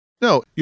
No